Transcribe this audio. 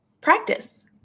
Practice